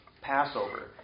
Passover